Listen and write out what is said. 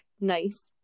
nice